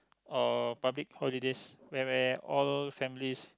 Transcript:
or public holidays where where all families